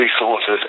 resources